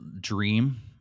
dream